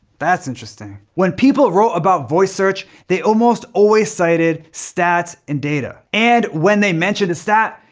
that's interesting. when people wrote about voice search, they almost always cited stats and data, and when they mentioned a stat,